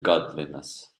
godliness